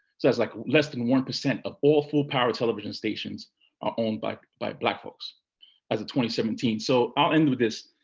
so that's like less than one percent of all full power television stations are owned by by black folks as a twenty seventeen. so i'll end with this.